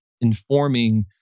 informing